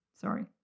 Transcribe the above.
sorry